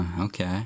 okay